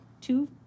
two